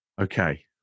Okay